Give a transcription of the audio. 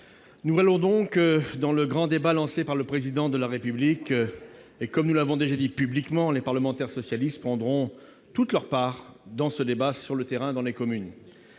nous allons entrer dans le grand débat lancé par le Président de la République. Comme nous l'avons déjà dit publiquement, les parlementaires socialistes en prendront toute leur part sur le terrain, dans les communes.